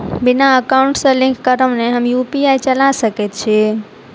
बिना एकाउंट सँ लिंक करौने हम यु.पी.आई चला सकैत छी?